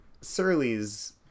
Surly's